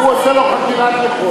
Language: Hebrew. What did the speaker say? הוא עושה לו חקירת יכולת,